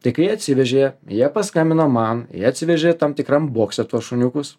tai kai atsivežė jie paskambino man jie atsivežė tam tikram bokse tuos šuniukus